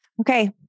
Okay